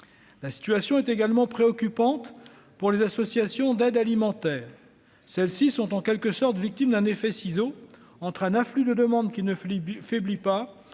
la situation est également préoccupante pour les associations d'aide alimentaire, celles-ci sont en quelque sorte victime d'un effet ciseau entre un afflux de demandes qui ne faiblit pas